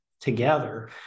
together